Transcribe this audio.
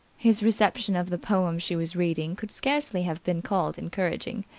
his reception of the poem she was reading could scarcely have been called encouraging.